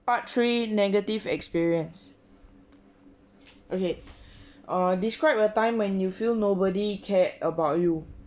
part three negative experience okay err describe a time when you feel nobody cared about you